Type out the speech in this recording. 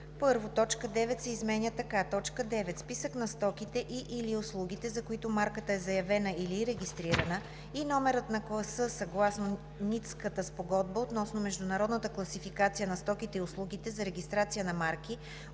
2: 1. Точка 9 се изменя така: „9. списък на стоките и/или услугите, за които марката е заявена или регистрирана, и номерът на класа съгласно Ницската спогодба относно Международната класификация на стоките и услугите за регистрация на марки